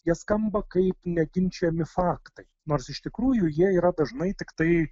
jie skamba kaip neginčijami faktai nors iš tikrųjų jie yra dažnai tiktai